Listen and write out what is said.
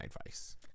advice